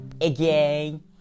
again